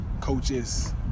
coaches